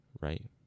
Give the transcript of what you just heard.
right